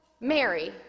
Mary